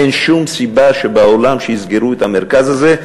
אין שום סיבה שבעולם שיסגרו את המרכז הזה.